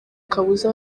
kabuza